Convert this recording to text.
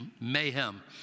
mayhem